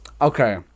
Okay